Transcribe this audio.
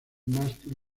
mástil